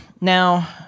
now